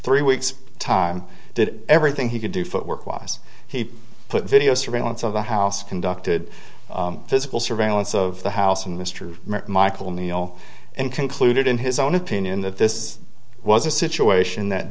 three weeks time did everything he could do footwork wise he put video surveillance of the house conducted physical surveillance of the house from mr michael neil and concluded in his own opinion that this was a situation that